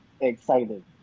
excited